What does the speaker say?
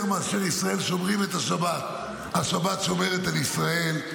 יותר מאשר ישראל שומרים את השבת השבת שומרת על ישראל.